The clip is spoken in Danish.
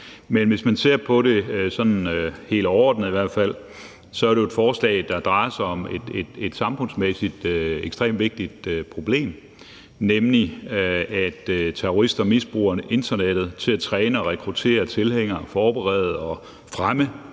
i hvert fald sådan helt overordnet, er det jo et forslag, der drejer sig om et samfundsmæssigt ekstremt vigtigt problem, nemlig at terrorister misbruger internettet til at træne og rekruttere tilhængere og forberede og fremme